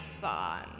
fun